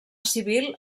civil